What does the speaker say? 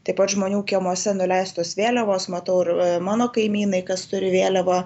taip pat žmonių kiemuose nuleistos vėliavos matau ir mano kaimynai kas turi vėliavą